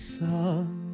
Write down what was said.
sun